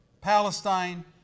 Palestine